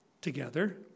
together